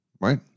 Right